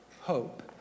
hope